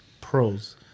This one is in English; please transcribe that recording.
pros